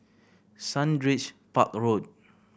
Sundridge Park Road